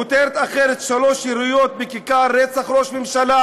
כותרת אחרת: "שלוש יריות בכיכר" רצח ראש ממשלה,